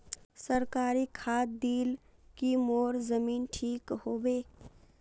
सरकारी खाद दिल की मोर जमीन ठीक होबे?